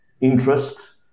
interest